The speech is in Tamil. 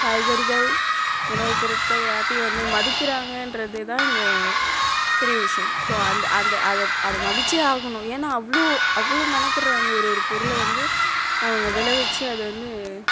காய்கறிகள் உணவு பொருட்கள் எல்லாத்தையும் வந்து மதிக்கிறாங்கன்றது தான் இங்கே பெரிய விஷ்யம் ஸோ அந்த அந்த அதை அதை மதிச்சே ஆகணும் ஏன்னா அவ்வளோ அவ்வளோ மெனக்கற்றாங்க ஒரு ஒரு பொருளை வந்து அவங்க விளவச்சி அதை வந்து